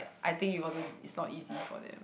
I think it wasn't is not easy for them